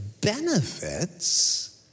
Benefits